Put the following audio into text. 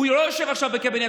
הוא לא יושב עכשיו בקבינט,